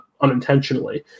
unintentionally